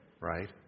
right